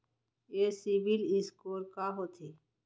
ये सिबील स्कोर का होथे?